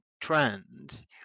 trends